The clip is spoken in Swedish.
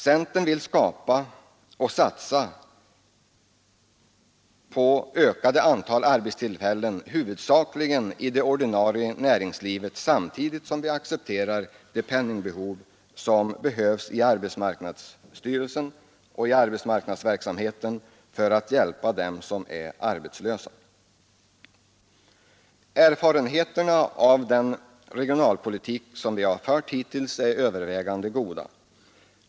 Centern vill satsa på ett ökat antal arbetstillfällen, huvudsakligen i det ordinarie näringslivet, samtidigt som vi accepterar det penningbehov som behövs i AMS för att hjälpa dem som är arbetslösa. Erfarenheterna av den regionalpolitik som vi fört hittills är övervägande goda.